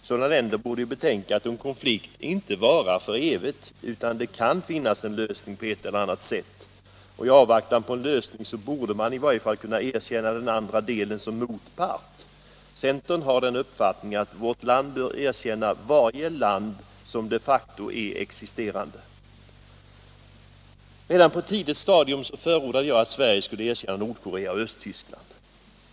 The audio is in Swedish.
Sådana länder borde ju betänka att en konflikt inte varar för evigt, utan att det kan finnas en lösning på ett eller annat sätt. I avvaktan på en lösning borde man i varje fall kunna erkänna den andra delen som motpart. Centern har den uppfattningen att vårt land bör erkänna varje land som de facto är existerande. Redan på ett tidigt stadium förordade jag att Sverige skulle erkänna Nordkorea och Östtyskland.